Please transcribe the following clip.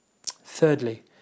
Thirdly